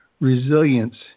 resilience